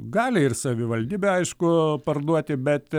gali ir savivaldybė aišku parduoti bet